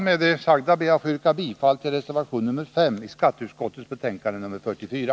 Med det sagda ber jag att få yrka bifall till reservation nr 5 i skatteutskottets betänkande nr 44.